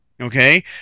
Okay